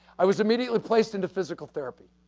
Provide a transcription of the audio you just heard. i was immediately placed into physical therapy.